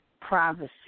privacy